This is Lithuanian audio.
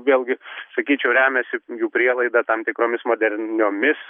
vėlgi sakyčiau remiasi jų prielaida tam tikromis moderniomis